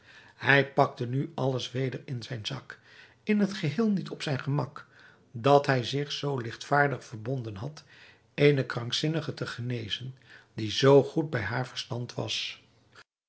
hij pakte nu alles weder in zijn zak in het geheel niet op zijn gemak dat hij zich zoo ligtvaardig verbonden had eene krankzinnige te genezen die zoo goed bij haar verstand was